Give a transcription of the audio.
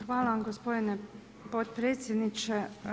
Hvala vam gospodine potpredsjedniče.